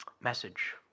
message